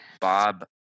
bob